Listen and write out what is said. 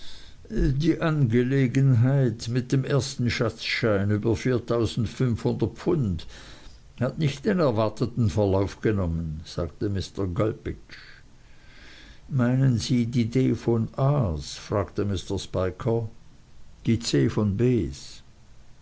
die angelegenheit mit dem ersten schatzschein über viertausendfünfhundert pfund hat nicht den erwarteten verlauf genommen sagte mr gulpidge meine sie die d von a s fragte mr spiker die e von b